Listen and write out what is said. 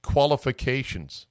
qualifications